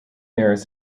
mirrors